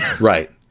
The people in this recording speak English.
Right